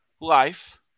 life